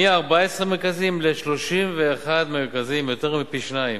מ-14 מרכזים ל-31 מרכזים, יותר מפי שניים,